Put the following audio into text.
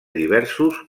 diversos